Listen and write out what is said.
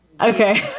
okay